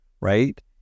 right